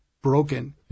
broken